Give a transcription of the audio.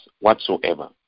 whatsoever